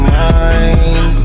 mind